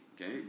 okay